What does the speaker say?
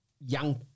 young